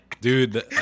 Dude